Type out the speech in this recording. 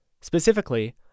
Specifically